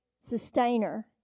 sustainer